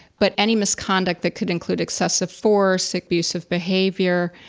but any misconduct that could include excessive for sick, abusive behavior,